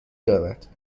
دارد